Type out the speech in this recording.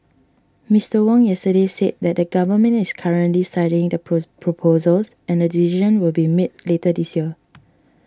Mister Wong yesterday said that the Government is currently studying the proposals and a decision will be made later this year